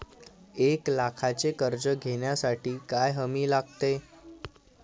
एक लाखाचे कर्ज घेण्यासाठी काय हमी लागते?